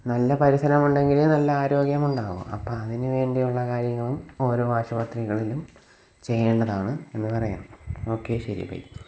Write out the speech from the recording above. നല്ല പരിസരം ഉണ്ടെങ്കിലേ നല്ല ആരോഗ്യമുണ്ടാവൂ അപ്പം അതിനുവേണ്ടിയുള്ള കാര്യങ്ങളും ഓരോ ആശുപത്രികളിലും ചെയ്യേണ്ടതാണ് എന്ന് പറയുവാണ് ഓക്കെ ശരി ബൈ